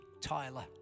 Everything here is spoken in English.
Tyler